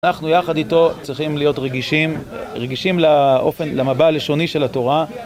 אנחנו יחד איתו צריכים להיות רגישים, רגישים לאופן, למבע הלשוני של התורה